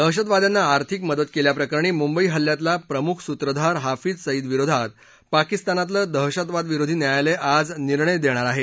दहशतवाद्यांना आर्थिक मदत केल्या प्रकरणी मुंबई हल्ल्यातला प्रमुख सूत्रधार हाफीज सईद विरोधात पाकिस्तानातलं दहशतवाद विरोधी न्यायालय आज निर्णय देणार आहे